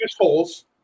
holes